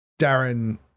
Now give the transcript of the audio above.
Darren